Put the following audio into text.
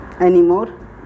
anymore